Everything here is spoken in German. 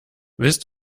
willst